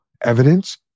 evidence